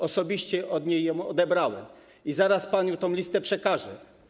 Osobiście od niej ją odebrałem i zaraz panu tę listę przekażę.